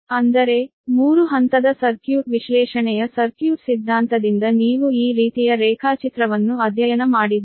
ಅಂದರೆ 3 ಹಂತದ ಸರ್ಕ್ಯೂಟ್ ವಿಶ್ಲೇಷಣೆಯ ಸರ್ಕ್ಯೂಟ್ ಸಿದ್ಧಾಂತದಿಂದ ನೀವು ಈ ರೀತಿಯ ರೇಖಾಚಿತ್ರವನ್ನು ಅಧ್ಯಯನ ಮಾಡಿದ್ದೀರಿ